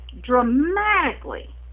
dramatically